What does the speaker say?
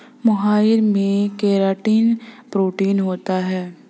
मोहाइर में keratin protein होता है